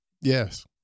yes